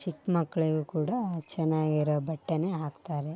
ಚಿಕ್ಕ ಮಕ್ಳಿಗೂ ಕೂಡ ಚೆನ್ನಾಗಿರೋ ಬಟ್ಟೆಯೇ ಹಾಕ್ತಾರೆ